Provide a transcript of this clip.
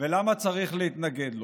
ולמה צריך להתנגד לו.